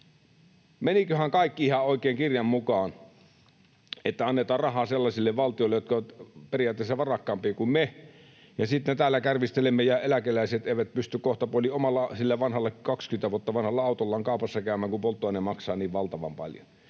Meniköhän kaikki ihan oikein kirjan mukaan, kun annetaan rahaa sellaisille valtioille, jotka ovat periaatteessa varakkaampia kuin me, ja sitten täällä kärvistelemme ja eläkeläiset eivät pysty kohtapuoliin omalla 20 vuotta vanhalla autollaan kaupassa käymään, kun polttoaine maksaa niin valtavan paljon,